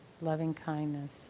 loving-kindness